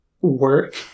work